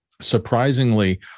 surprisingly